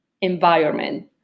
environment